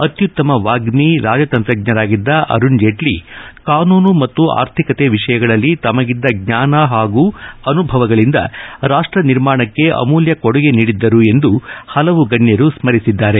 ಅತ್ಯುತ್ತಮ ವಾಗ್ಟಿ ರಾಜತಂತ್ರಜ್ಞರಾಗಿದ್ದ ಅರುಣ್ ಜೇಟ್ಲಿ ಕಾನೂನು ಮತ್ತು ಆರ್ಥಿಕತೆ ವಿಷಯಗಳಲ್ಲಿ ತಮಗಿದ್ದ ಜ್ಞಾನ ಹಾಗೂ ಅನುಭವಗಳಿಂದ ರಾಷ್ಟ ನಿರ್ಮಾಣಕ್ಕೆ ಅಮೂಲ್ಯ ಕೊಡುಗೆ ನೀಡಿದ್ದರು ಎಂದು ಹಲವು ಗಣ್ಯರು ಸ್ಮರಿಸಿದ್ದಾರೆ